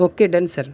okay done sir